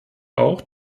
auch